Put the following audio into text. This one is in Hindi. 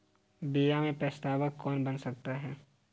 बीमा में प्रस्तावक कौन बन सकता है?